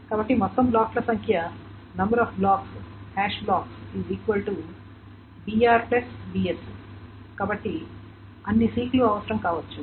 కాబట్టి మొత్తం బ్లాక్ల సంఖ్య blocks br bs కాబట్టి అన్ని సీక్ లు అవసరం కావచ్చు